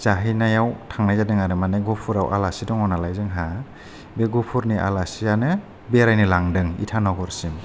जाहैनायाव थांनाय जादों आरो मानि गहपुराव आलासि दङ नालाय जोंहा बे गहपुरनि आलासियानो बेरायनो लांदों इटानगरसिम